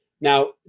Now